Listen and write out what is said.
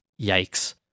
Yikes